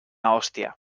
hostia